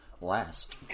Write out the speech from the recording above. last